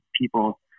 people